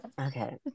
Okay